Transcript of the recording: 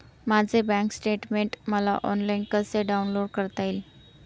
माझे bank statement मला online कसे डाउनलोड करता येईल?